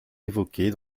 évoqués